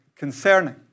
concerning